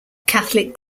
catholic